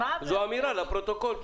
זו אמירה לפרוטוקול.